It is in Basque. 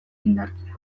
indartzea